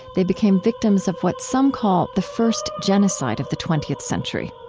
they became victims of what some call the first genocide of the twentieth century.